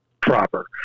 Proper